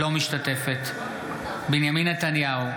אינה משתתפת בהצבעה בנימין נתניהו,